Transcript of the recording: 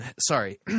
Sorry